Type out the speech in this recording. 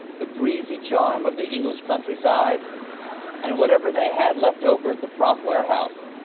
the breezy charm of the english countryside and whatever they had left over at the prop warehouse.